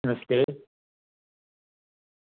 नमस्ते